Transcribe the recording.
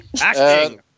acting